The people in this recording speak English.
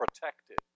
Protected